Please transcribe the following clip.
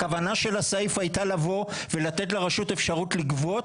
הכוונה של הסעיף הייתה לבוא ולתת אפשרות לרשות לגבות,